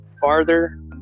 farther